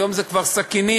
היום זה כבר סכינים,